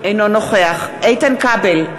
אינו נוכח איתן כבל,